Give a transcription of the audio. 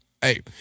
Hey